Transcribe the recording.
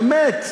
באמת,